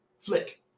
Flick